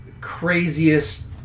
craziest